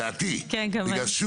לימור סון הר מלך (עוצמה יהודית): כן, ממש.